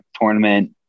tournament